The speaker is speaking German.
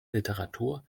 literatur